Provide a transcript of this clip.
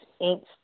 ink